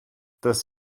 das